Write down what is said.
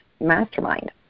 mastermind